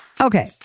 Okay